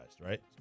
right